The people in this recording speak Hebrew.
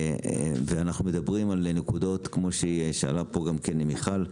ואנחנו מדברים על נקודות כמו שהעלתה בפניי גם מיכל,